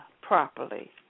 properly